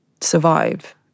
survive